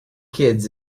kids